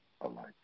alike